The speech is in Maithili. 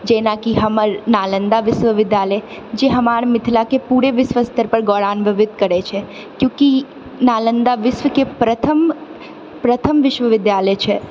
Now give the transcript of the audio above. जेनाकि हमर नालन्दा विश्वविद्यालय जे हमर मिथिलाके पुरे विश्व स्तर पर गौरवान्वित करैत छै चुँकि नालन्दा विश्वके प्रथम प्रथम विश्वविद्यालय छै